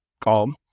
call